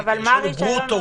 כי הרישיון הוא ברוטו,